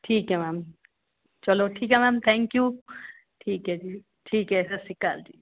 ਠੀਕ ਹੈ ਮੈਮ ਚਲੋ ਠੀਕ ਹੈ ਮੈਮ ਥੈਂਕ ਯੂ ਠੀਕ ਹੈ ਜੀ ਠੀਕ ਹੈ ਸਤਿ ਸ਼੍ਰੀ ਅਕਾਲ ਜੀ